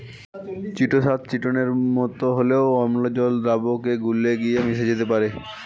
chitosan চিটোনের মতো হলেও অম্ল জল দ্রাবকে গুলে গিয়ে মিশে যেতে পারে